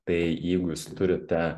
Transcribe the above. tai jeigu jūs turite